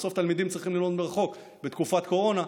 שבסוף תלמידים צריכים ללמוד מרחוק בתקופת קורונה.